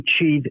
achieve